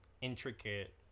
intricate